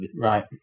Right